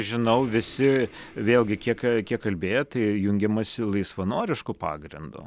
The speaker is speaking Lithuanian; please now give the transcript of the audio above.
žinau visi vėlgi kiek kiek kalbėjo tai jungiamasi laisvanorišku pagrindu